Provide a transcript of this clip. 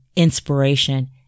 inspiration